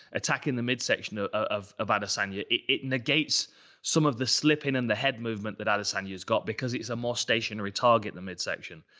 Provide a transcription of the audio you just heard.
attacking the midsection ah of of adesanya, it negates some of the slipping and the head movement that adesanya's got because he's a more stationary target, the midsection.